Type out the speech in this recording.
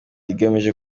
igamije